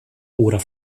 oder